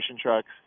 trucks